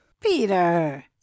Peter